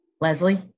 Leslie